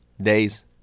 days